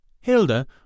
Hilda